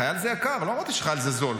חייל זה יקר, לא אמרתי שחייל זה זול.